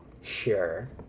Sure